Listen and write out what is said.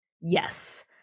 Yes